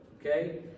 okay